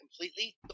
completely